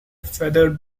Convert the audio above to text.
feathered